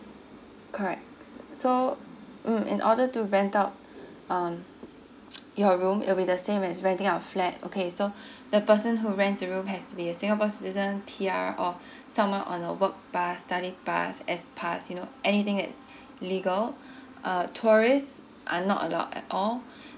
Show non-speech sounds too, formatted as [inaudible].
correct so mm in order to rent out um [noise] your room it'll be the same as renting out a flat okay so [breath] the person who rent the room has to be a singapore citizen P_R or [breath] someone a work pass study pass S pass you know anything that's legal [breath] uh tourist are not allowed at all [breath]